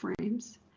frames